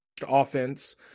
offense